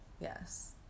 Yes